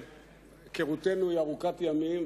היכרותנו היא ארוכת ימים,